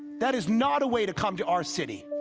that is not a way to come to our city.